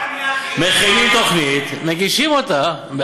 מכינים תוכנית, מגישים אותה.